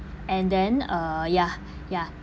and then uh ya ya